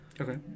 okay